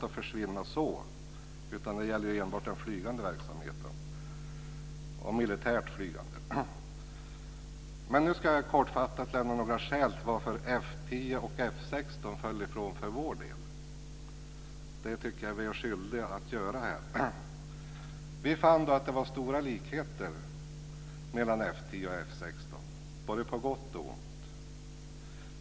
Det gäller enbart den militärt flygande verksamheten. Det tycker jag att vi är skyldiga att göra.